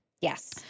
yes